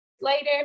later